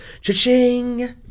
cha-ching